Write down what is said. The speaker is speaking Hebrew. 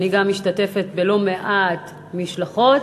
אני גם משתתפת בלא-מעט משלחות,